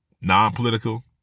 non-political